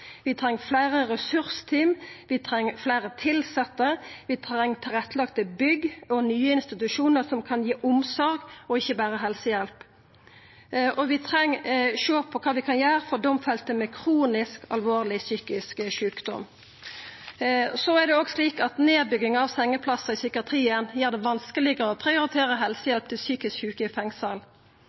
Vi treng fleire ressursteam og fleire tilsette. Vi treng tilrettelagde bygg og nye institusjonar som kan gi omsorg, ikkje berre helsehjelp. Og vi treng å sjå på kva vi kan gjera for domfelte med kronisk alvorleg psykisk sjukdom. Nedbygginga av sengeplassar i psykiatrien gjer det vanskelegare å prioritera helsehjelp til psykisk sjuke i fengsel.